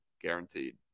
guaranteed